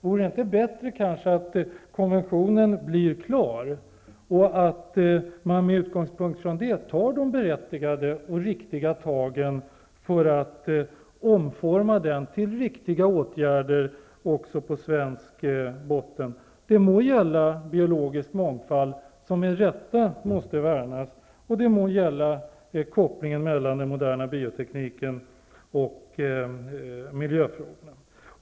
Vore det inte bättre att konventionen blev klar och att man med utgångspunkt i den sedan tog de riktiga och berättigade tagen för att omforma den till riktiga åtgärder också på svensk botten -- det må gälla biologisk mångfald, som måste värnas, och det må gälla kopplingen mellan den moderna biotekniken och miljöfrågorna?